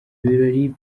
birori